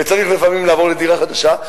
וצריך לפעמים לעבור לדירה חדשה.